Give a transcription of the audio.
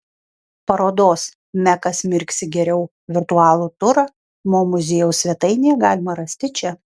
parodos mekas mirksi geriau virtualų turą mo muziejaus svetainėje galima rasti čia